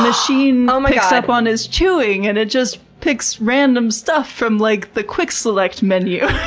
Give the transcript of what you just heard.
machine um picks up on his chewing, and it just picks random stuff from like the quick select menu.